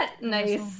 Nice